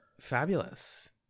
fabulous